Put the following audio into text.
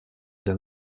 для